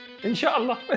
Inshallah